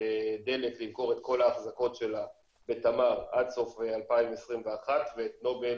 דלק למכור את כל ההחזקות שלה בתמר עד סוף 2021 ואת נובל